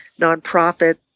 nonprofit